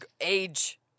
age